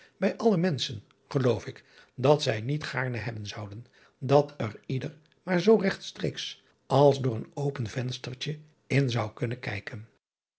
bij alle menschen geloof ik dat zij niet gaarne hebben zouden dat er ieder maar zoo regtstreeks als door een open venstertje in zou kunnen kijken